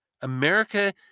America